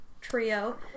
trio